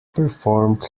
performed